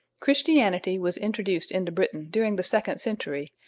christianity was introduced into britain during the second century,